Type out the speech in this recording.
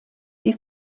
die